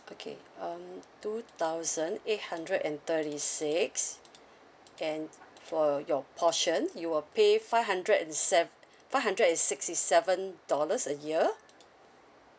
okay um two thousand eight hundred and thirty six and for your portion you will pay five hundred and sev~ five hundred and sixty seven dollars a year